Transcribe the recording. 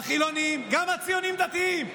החילונים, גם הציונים-דתיים,